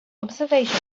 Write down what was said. observation